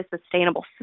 sustainable